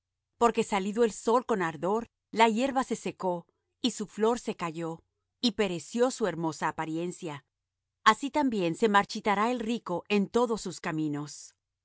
porque salido el sol con ardor la hierba se secó y su flor se cayó y pereció su hermosa apariencia así también se marchitará el rico en todos sus caminos